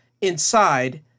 inside